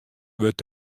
wurdt